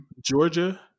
Georgia